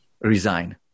resign